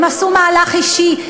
הם עשו מהלך אישי.